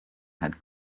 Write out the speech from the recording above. had